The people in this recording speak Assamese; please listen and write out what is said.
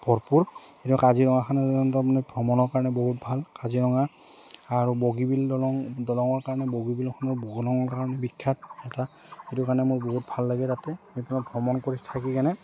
ভৰপূৰ কাজিৰঙাখন তাৰমানে ভ্ৰমণৰ কাৰণে বহুত ভাল কাজিৰঙা আৰু বগীবিল দলং দলঙৰ কাৰণে বগীবিলখনৰ দলঙৰ কাৰণে বিখ্যাত এটা সেইটো কাৰণে মোৰ বহুত ভাল লাগে তাতে সেই ভ্ৰমণ কৰি থাকি কেনে